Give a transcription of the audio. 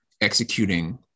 executing